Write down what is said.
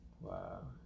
Wow